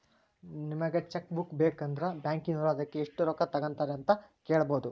ನಿಮಗೆ cheque book ಬೇಕಂದ್ರ ಬ್ಯಾಕಿನೋರು ಅದಕ್ಕೆ ಎಷ್ಟು ರೊಕ್ಕ ತಂಗತಾರೆ ಅಂತ ಕೇಳಬೊದು